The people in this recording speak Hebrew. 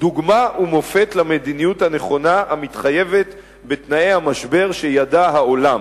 "כ'דוגמה ומופת למדיניות הנכונה המתחייבת בתנאי המשבר שידע העולם'".